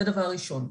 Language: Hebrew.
זה דבר ראשון.